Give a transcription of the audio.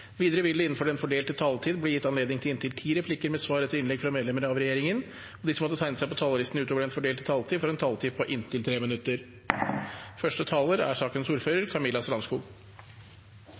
Videre vil det – innenfor den fordelte taletid – bli gitt anledning til inntil ti replikker med svar etter innlegg fra medlemmer av regjeringen, og de som måtte tegne seg på talerlisten utover den fordelte taletid, får en taletid på inntil 3 minutter.